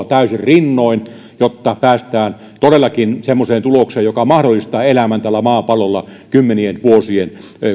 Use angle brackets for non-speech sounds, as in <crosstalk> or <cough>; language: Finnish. <unintelligible> täysin rinnoin jotta päästään todellakin semmoiseen tulokseen joka mahdollistaa elämän täällä maapallolla kymmenien vuosien